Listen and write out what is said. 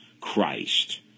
Christ